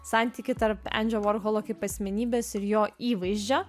santykį tarp endžio vorholo kaip asmenybės ir jo įvaizdžio